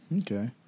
okay